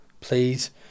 Please